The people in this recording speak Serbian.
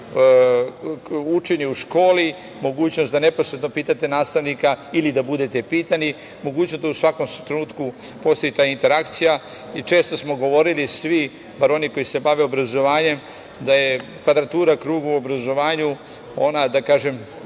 učenje u školi, mogućnost da neposredno pitate nastavnika ili da budete pitani, mogućnost da u svakom trenutku postoji ta interakcija i često smo govorili svi, bar oni koji se bave obrazovanjem, da je kvadratura kruga u obrazovanju ona, da kažem,